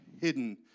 hidden